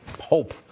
hope